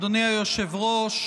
אדוני היושב-ראש,